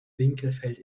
winkelfeld